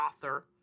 author